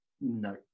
No